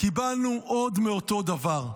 קיבלנו עוד מאותו דבר.